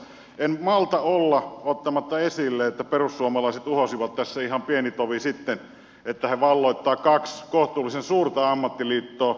en malta olla ottamatta esille että perussuomalaiset uhosivat tässä ihan pieni tovi sitten että he valloittavat kaksi kohtuullisen suurta ammattiliittoa